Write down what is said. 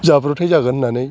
जाब्रथाइ जागोन होननानै